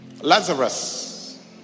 Lazarus